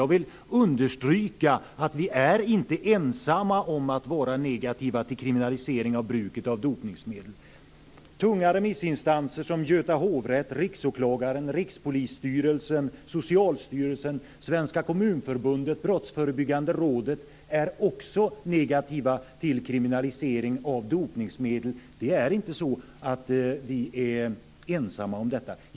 Jag vill understryka att vi inte är ensamma om att vara negativa till kriminalisering av bruket av dopningsmedel. Sådana tunga remissinstanser som Göta hovrätt, Riksåklagaren, Rikspolisstyrelsen, Socialstyrelsen, Svenska kommunförbundet och Brottsförebyggande rådet är också negativa till en kriminalisering.